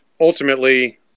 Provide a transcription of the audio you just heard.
ultimately